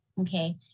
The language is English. okay